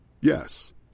Yes